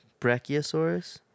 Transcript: Brachiosaurus